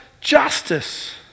justice